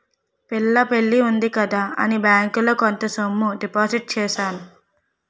పిల్ల పెళ్లి ఉంది కదా అని బ్యాంకులో కొంత సొమ్ము డిపాజిట్ చేశాను